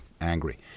angry